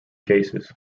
cases